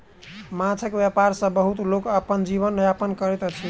माँछक व्यापार सॅ बहुत लोक अपन जीवन यापन करैत अछि